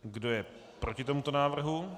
Kdo je proti tomuto návrhu?